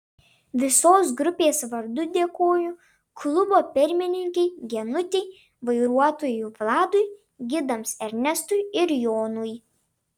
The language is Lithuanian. visos grupės vardu dėkoju klubo pirmininkei genutei vairuotojui vladui gidams ernestui ir jonui